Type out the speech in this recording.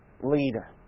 leader